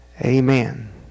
amen